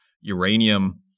uranium